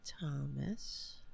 Thomas